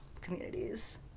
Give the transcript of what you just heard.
communities